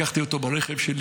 לקחתי אותו ברכב שלי.